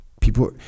People